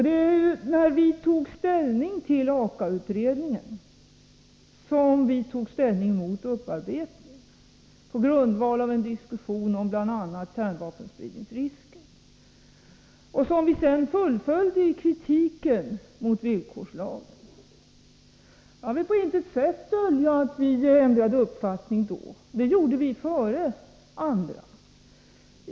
Det var när vi tog ställning till AKA-utredningen som vi också tog ställning mot upparbetningen på grundval av en diskussion om bl.a. kärnvapenspridningsrisken, vilken vi sedan fullföljde i kritiken mot villkorslagen. Jag vill på intet sätt dölja att vi ändrade uppfattning då; det gjorde vi före andra.